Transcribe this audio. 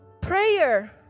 prayer